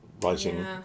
writing